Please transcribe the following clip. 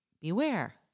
beware